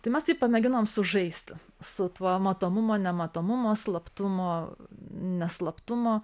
tai mes taip pamėginom sužaisti su tuo matomumo nematomumo slaptumo neslaptumo